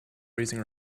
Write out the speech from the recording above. raising